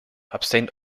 abstained